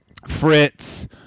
Fritz